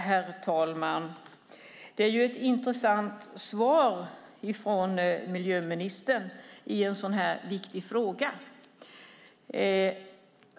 Herr talman! Det är ett intressant svar från miljöministern i en så viktig fråga.